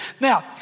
Now